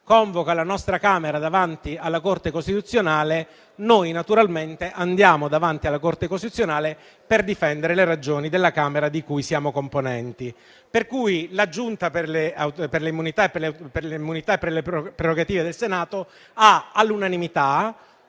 convoca la nostra Camera davanti alla Corte costituzionale, noi naturalmente andiamo davanti alla Corte costituzionale per difendere le ragioni della Camera di cui siamo componenti. Pertanto, la Giunta delle elezioni e delle immunità parlamentari del Senato, all'unanimità,